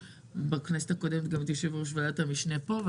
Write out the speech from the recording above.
בכנסת הקודמת הזאת הייתי יושבת-ראש ועדת המשנה פה,